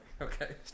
Okay